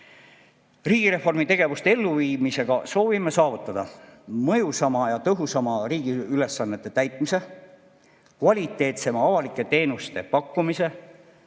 Riigireformi tegevuste elluviimisega soovime saavutada mõjusama ja tõhusama riigiülesannete täitmise, kvaliteetsema avalike teenuste pakkumise,